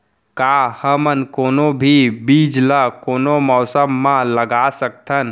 का हमन कोनो भी बीज ला कोनो मौसम म लगा सकथन?